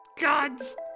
God's